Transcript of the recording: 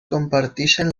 comparteixen